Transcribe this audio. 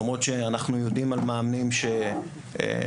למרות שאנחנו יודעים על מאמנים שנקנו.